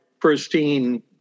pristine